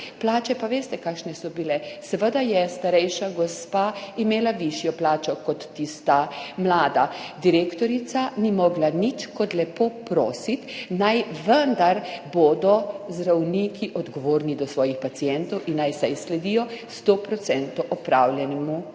plače pa veste, kakšne so bile, seveda je starejša gospa imela višjo plačo kot tista mlada. Direktorica ni mogla nič drugega kot lepo prositi, naj bodo vendar zdravniki odgovorni do svojih pacientov in naj vsaj sledijo 100-procentno